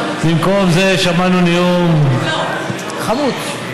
במקום זה, שמענו נאום, חמוץ.